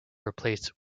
replaced